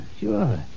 Sure